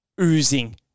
oozing